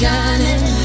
Shining